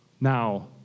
Now